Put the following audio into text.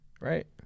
right